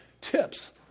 TIPS